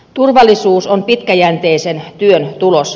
turvallisuus on pitkäjänteisen työn tulos